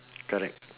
correct